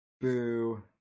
boo